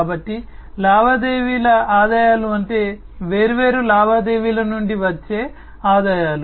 కాబట్టి లావాదేవీల ఆదాయాలు అంటే వేర్వేరు లావాదేవీల నుండి వచ్చే ఆదాయాలు